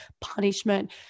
punishment